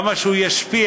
כמה שהוא ישפיע,